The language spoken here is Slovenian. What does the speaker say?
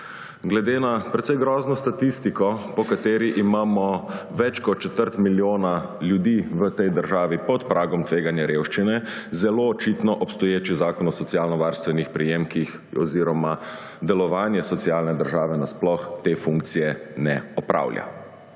Glede na precej grozno statistiko, po kateri imamo več kot četrt milijona ljudi v tej državi pod pragom tveganja revščine, zelo očitno obstoječi Zakon o socialno varstvenih prejemkih oziroma delovanje socialne države nasploh te funkcije ne opravlja.